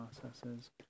processes